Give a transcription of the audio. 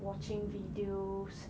watching videos